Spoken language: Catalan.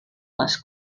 les